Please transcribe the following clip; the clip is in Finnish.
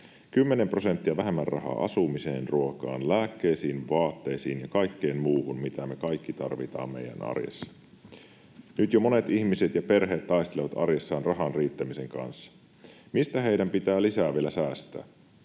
prosenttia vähemmän rahaa asumiseen, ruokaan, lääkkeisiin, vaatteisiin ja kaikkeen muuhun, mitä me kaikki tarvitaan meidän arjessa. Jo nyt monet ihmiset ja perheet taistelevat arjessaan rahan riittämisen kanssa. Mistä heidän pitää vielä lisää säästää?